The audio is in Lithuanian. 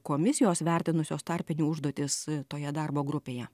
komisijos vertinusios tarpinių užduotis toje darbo grupėje